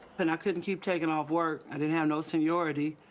and i couldn't keep taking off work. i didn't have no seniority.